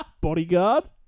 Bodyguard